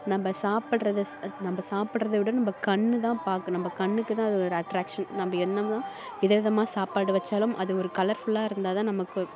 நம்ம சாப்பிட்றத நம்ம சாப்பிட்றத விட நம்ம கண் தான் பார்க்கும் நம்ம கண்ணுக்குதான் அது ஒரு அட்ராக்ஷன் நம்ம என்னதான் விதவிதமாக சாப்பாடு வெச்சாலும் அது ஒரு கலர்ஃபுல்லாக இருந்தால் தான் நமக்கு